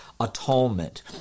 atonement